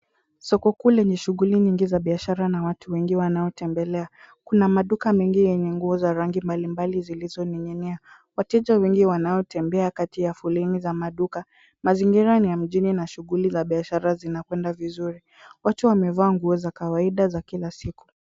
Soko kuu lenye shughuli nyingi za biashara na watu wengi wanaotembelea. Kuna maduka mengi yenye nguo za rangi mbalimbali zilizoning'inia. Wateja wengi wanaotembea kati ya foleni za maduka. Mazingira ni ya mjini na shughuli za biashara zinakwenda vizuri. Watu wamevaa nguo za kawaida za kila siku.